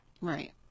Right